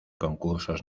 concursos